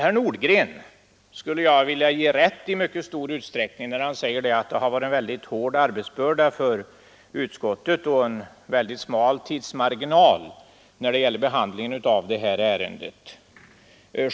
Jag skulle vilja ge herr Nordgren rätt i mycket stor utsträckning när han säger att det varit en mycket hård arbetsbörda för utskottet och en mycket smal tidsmarginal för behandlingen av det här ärendet.